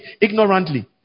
ignorantly